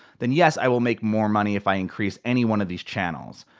then yes i will make more money if i increase any one of these channels.